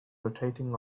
rotating